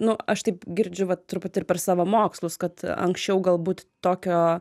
nu aš taip girdžiu vat truputį ir per savo mokslus kad anksčiau galbūt tokio